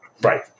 Right